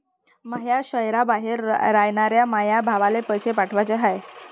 माया शैहराबाहेर रायनाऱ्या माया भावाला पैसे पाठवाचे हाय